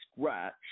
scratch